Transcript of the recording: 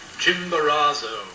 Chimborazo